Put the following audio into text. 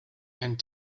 and